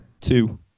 Two